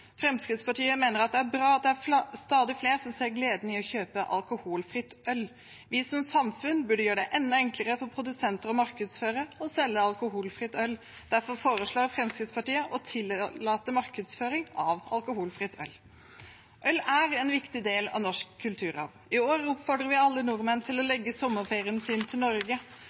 Fremskrittspartiet mener at det er bra at det er stadig flere som ser gleden i å kjøpe alkoholfritt øl. Vi som samfunn burde gjøre det enda enklere for produsenter å markedsføre og selge alkoholfritt øl. Derfor foreslår Fremskrittspartiet å tillate markedsføring av alkoholfritt øl. Øl er en viktig del av norsk kulturarv. I år oppfordrer vi alle nordmenn til å legge sommerferien sin til Norge,